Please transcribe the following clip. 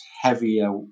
heavier